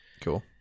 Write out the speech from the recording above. cool